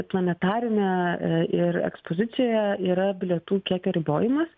planetariume ir ekspozicijoje yra bilietų kiekio ribojimas